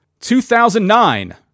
2009